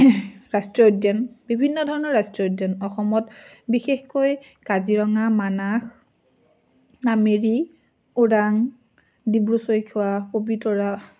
ৰাষ্ট্ৰীয় উদ্যান বিভিন্ন ধৰণৰ ৰাষ্ট্ৰীয় উদ্যান অসমত বিশেষকৈ কাজিৰঙা মানাস নামেৰি ওৰাং ডিব্ৰু ছৈখোৱা পবিতৰা